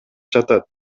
жатат